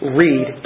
read